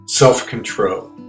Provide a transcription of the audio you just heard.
self-control